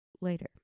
later